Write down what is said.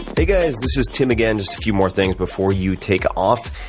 hey guys, this is tim again. just a few more things before you take off.